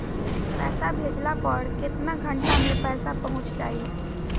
पैसा भेजला पर केतना घंटा मे पैसा चहुंप जाई?